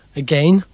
again